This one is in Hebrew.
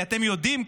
כי אתם יודעים,